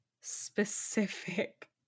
specific